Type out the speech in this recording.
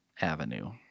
Avenue